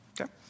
Okay